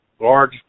large